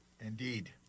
indeed